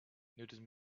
nudism